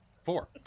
four